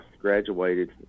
graduated